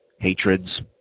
hatreds